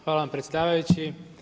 Hvala vam predsjedavajući.